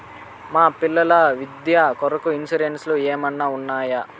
మా పిల్లల విద్య కొరకు ఇన్సూరెన్సు ఏమన్నా ఉన్నాయా?